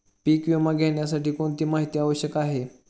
पीक विमा घेण्यासाठी कोणती माहिती आवश्यक आहे?